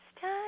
time